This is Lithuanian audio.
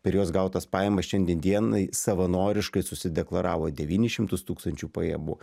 per juos gautas pajamas šiandien dienai savanoriškai susideklaravo devynis šimtus tūkstančių pajamų